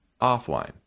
offline